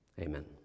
Amen